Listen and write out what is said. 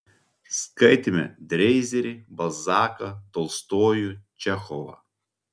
skaitėme dreizerį balzaką tolstojų čechovą